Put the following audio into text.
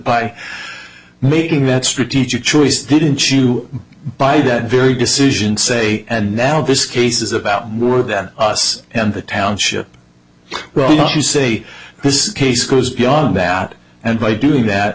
by making that strategic choice didn't you by that very decision say and now this case is about more than us and the township well enough to say this case goes beyond that and by doing that